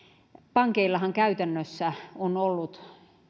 pankeillahan käytännössä on ollut